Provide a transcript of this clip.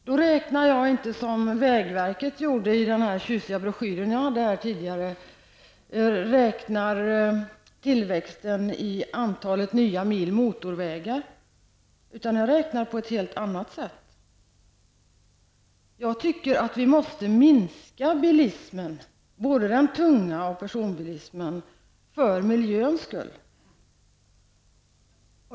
Då gör jag inte som vägverket gjorde i den tjusiga broschyr som jag nyss visade, nämligen räknar tillväxten i antalet nya mil motorvägar, utan jag räknar på ett helt annat sätt. Jag tycker att vi måste minska bilismen -- både den tunga och personbilismen -- för miljöns skull.